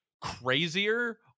crazier